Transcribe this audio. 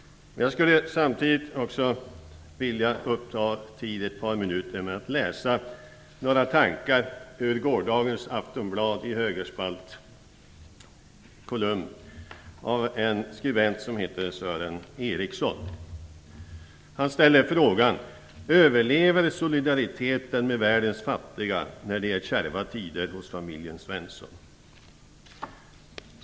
Dessutom skulle jag vilja använda ett par minuter till att läsa om några tankar i högerspaltskolumnen i gårdagens Aftonbladet. Skribenten heter Sören Eriksson. Han ställer frågan: "Överlever solidariteten med världens fattiga när det är kärva tider hos familjen Svensson?"